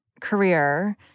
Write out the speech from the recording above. career